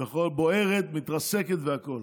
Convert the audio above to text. בוערת, מתרסקת והכול.